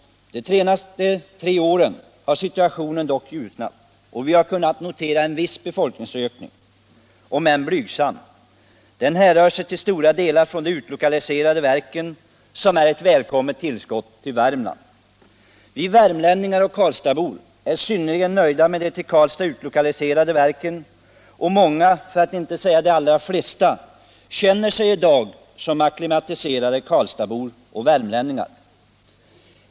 Under de senaste tre åren har situationen dock ljusnat, och vi har kunnat notera en, om än blygsam, befolkningsökning, som till stor del beror på de utlokaliserade verken - ett välkommet tillskott till Värmland. Vi värmlänningar och karlstadsbor är synnerligen nöjda med de till Karlstad utlokaliserade verken, och många i dem, för att inte säga de allra flesta, känner sig i dag som acklimatiserade karlstadsbor och värmlänningar.